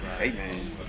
Amen